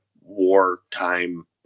wartime